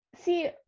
see